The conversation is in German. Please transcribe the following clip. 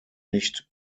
nicht